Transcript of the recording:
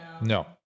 no